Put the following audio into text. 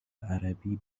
عربی